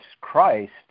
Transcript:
Christ